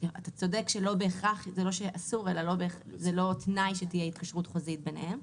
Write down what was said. אתה צודק שלא בהכרח זה לא תנאי שתהיה התקשרות חוזית ביניהם,